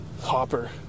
Hopper